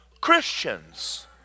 Christians